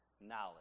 knowledge